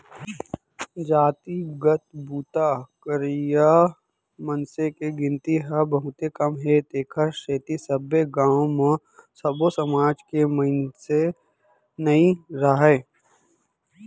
जातिगत बूता करइया मनसे के गिनती ह बहुते कम हे तेखर सेती सब्बे गाँव म सब्बो समाज के मनसे नइ राहय